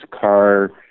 car